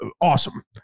awesome